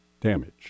damage